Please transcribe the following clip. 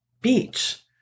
beach